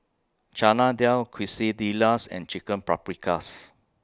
Chana Dal Quesadillas and Chicken Paprikas